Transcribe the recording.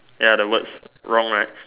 ya the words wrong right